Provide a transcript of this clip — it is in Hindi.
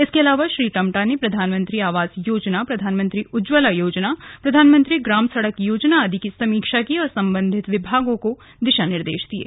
इसके अलावा श्री टम्टा ने प्रधानमंत्री आवास योजना प्रधानमंत्री उज्जवला योजना प्रधानमंत्री ग्रामीण सड़क योजना आदि की समीक्षा की और संबंधित विभागों को दिशा निर्देश दिये